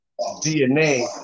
DNA